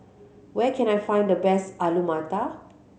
where can I find the best Alu Matar